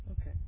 Okay